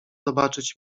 zobaczyć